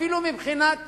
אפילו מבחינת